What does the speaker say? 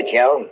Joe